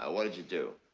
ah what did you do?